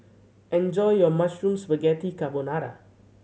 enjoy your Mushroom Spaghetti Carbonara